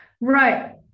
Right